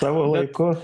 tavo laiku